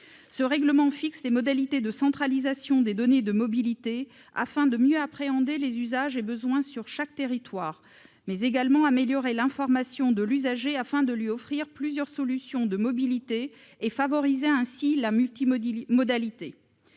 Ce règlement fixe les modalités de centralisation des données de mobilité, afin de mieux appréhender les usages et besoins sur chaque territoire et d'améliorer l'information de l'usager, pour lui offrir plusieurs solutions de mobilité et favoriser ainsi la multimodalité.